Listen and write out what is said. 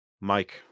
Mike